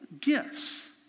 gifts